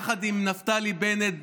יחד עם נפתלי בנט,